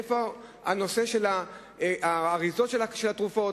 איפה הנושא של האריזות של התרופות?